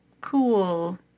cool